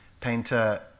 painter